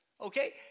okay